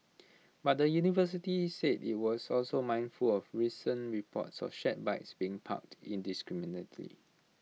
but the university said IT was also mindful of recent reports of shared bikes being parked indiscriminately